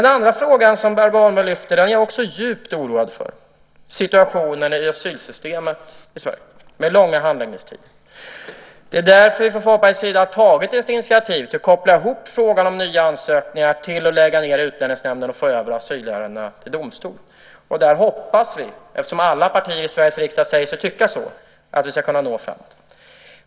Den andra fråga som Barbro Holmberg lyfter upp är jag också djupt oroad för, nämligen situationen i asylsystemet i Sverige med långa handläggningstider. Det är därför vi från Folkpartiets sida har tagit ett initiativ till att koppla ihop frågan om nya ansökningar till att lägga ned Utlänningsnämnden och föra över asylärendena till domstol. Där hoppas vi - eftersom alla partier i Sveriges riksdag säger sig tycka så - att vi ska kunna nå fram.